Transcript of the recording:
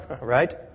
right